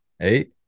Eight